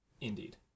Indeed